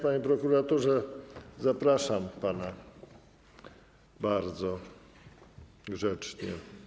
Panie prokuratorze, zapraszam pana bardzo grzecznie.